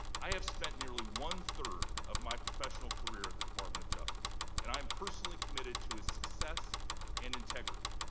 i have spent nearly one third of my professional career at the department of justice and i'm personally committed to its success and integrity.